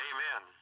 Amen